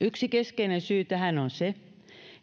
yksi keskeinen syy tähän on se